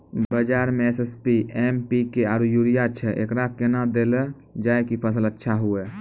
बाजार मे SSP, MPK आरु यूरिया छैय, एकरा कैना देलल जाय कि फसल अच्छा हुये?